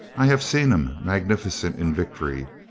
i have seen him magnificent in victory,